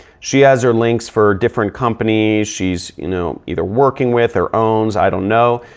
she has her links for different companies, she's you know, either working with her own, i don't know.